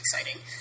exciting